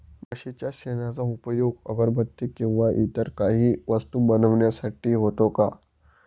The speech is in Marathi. म्हशीच्या शेणाचा उपयोग अगरबत्ती किंवा इतर काही वस्तू बनविण्यासाठी होतो का?